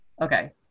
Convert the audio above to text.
Okay